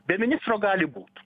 be ministro gali būt